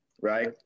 right